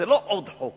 זה לא עוד חוק